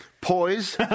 Poise